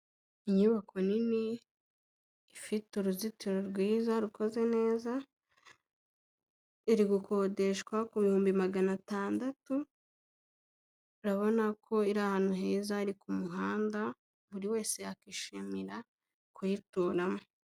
Inyubako nini ifite uruzitiro rwiza rukoze neza, iri gukodeshwa ku bihumbi magana atandatu, urabona ko iri ahantu heza ari ku muhanda, buri wese yakishimira kuyituramo.